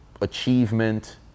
achievement